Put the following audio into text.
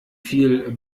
viel